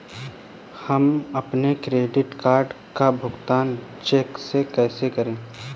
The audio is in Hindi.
हम अपने क्रेडिट कार्ड का भुगतान चेक से कैसे करें?